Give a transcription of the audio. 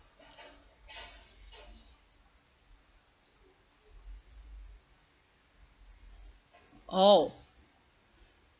oh